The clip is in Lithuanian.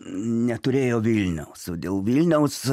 neturėjo vilniaus o dėl vilniaus